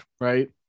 Right